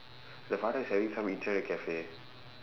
the father is every time internet cafe